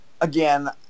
Again